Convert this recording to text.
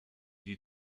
die